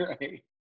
right